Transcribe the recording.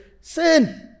sin